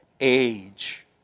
age